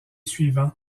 suivant